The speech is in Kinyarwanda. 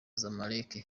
zamalek